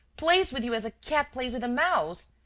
plays with you as a cat plays with a mouse.